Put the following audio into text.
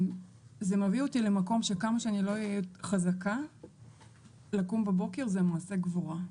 זה מביא אותי למקום שכמה שאני לא אהיה חזקה לקום בבוקר זה מעשה גבורה,